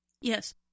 yes